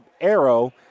arrow